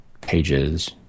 pages